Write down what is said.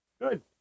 Good